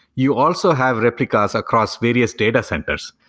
you also have replicas across various data centers.